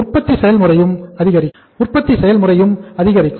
உற்பத்தி செயல்முறையும்அதிகரிக்கும்